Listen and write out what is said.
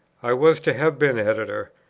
i was to have been editor.